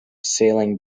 sailing